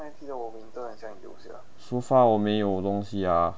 so far 我没有东西 ah